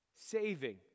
Saving